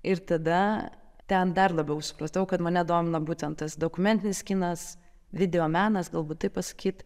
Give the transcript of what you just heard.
ir tada ten dar labiau supratau kad mane domina būtent tas dokumentinis kinas videomenas galbūt taip pasakyt